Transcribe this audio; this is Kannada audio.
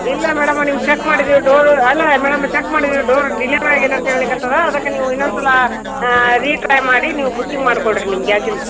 ಇಲ್ಲ ಮೇಡಮ ನಿಮ್ಮ ಚೆಕ್ ಮಾಡಿದೀವಿ ಡೋರ್ ಅಲ್ಲ ಮೇಡಮ್ ಚೆಕ್ ಮಾಡಿದೀವಿ ಡೋರ್ ಡಿಲೆವರಿ ಆಗೇತಿ ಅಂತ ಹೇಳಿಕತ್ತದ ಅದಕ್ಕೆ ನೀವು ಇನ್ನೋಂದ್ಸಲ ರಿ ಟ್ರೈ ಮಾಡಿ ನೀವು ಬುಕಿಂಗ್ ಮಾಡ್ಕೊಡ್ರಿ ನಿಮ್ಮ ಗ್ಯಾಸಿಂದು